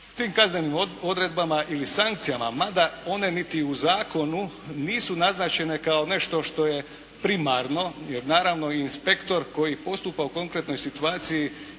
Tim kaznenim odredbama ili sankcijama mada one niti u zakonu nisu naznačene kao nešto što je primarno, jer naravno inspektor koji postupa u konkretnoj situaciji